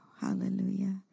Hallelujah